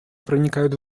проникают